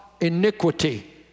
iniquity